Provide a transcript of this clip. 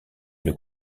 une